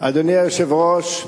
אדוני היושב-ראש,